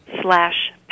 slash